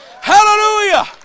Hallelujah